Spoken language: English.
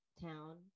town